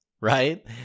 right